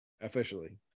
officially